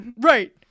right